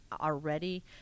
already